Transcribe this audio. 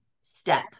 step